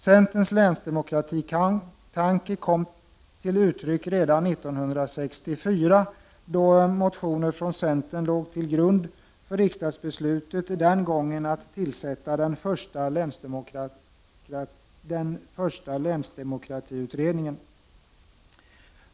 Centerns länsdemokratitanke kom till uttryck redan 1964, då motioner från centern låg till grund för riksdagsbeslutet som innebar att den första länsdemokratiutredningen tillsattes.